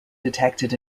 detected